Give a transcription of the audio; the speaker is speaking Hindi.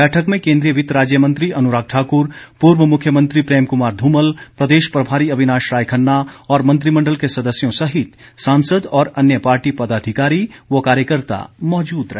बैठक में केंद्रीय वित्त राज्य मंत्री अनुराग ठाकुर पूर्व मुख्यमंत्री प्रेम कुमार धूमल प्रदेश प्रभारी अविनाश राय खन्ना और मंत्रिमण्डल के सदस्यों सहित सांसद और अन्य पार्टी पदाधिकारी व कार्यकर्ता मौजूद रहे